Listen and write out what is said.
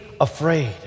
afraid